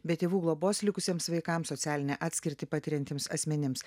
be tėvų globos likusiems vaikams socialinę atskirtį patiriantiems asmenims